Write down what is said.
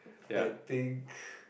I think